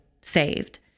saved